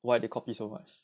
why they copy so much